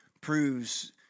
proves